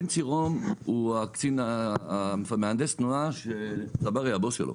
שהוא מהנדס התנועה שדברייה הבוס שלו.